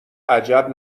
عجب